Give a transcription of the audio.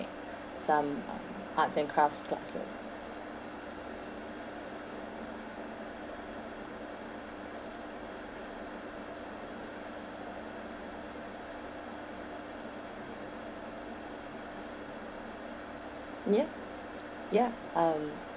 some uh arts and crafts classes yes ya um